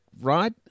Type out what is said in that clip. right